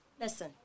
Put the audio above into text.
Listen